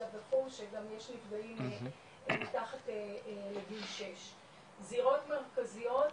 וכו' שגם יש נפגעים מתחת לגיל 6. זירות מרכזיות,